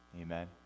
amen